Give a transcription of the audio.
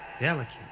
Delicate